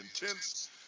intense